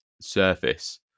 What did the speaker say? surface